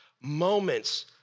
moments